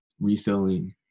refilling